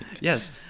Yes